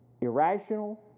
Irrational